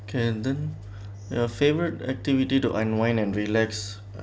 okay and then your favourite activity to unwind and relax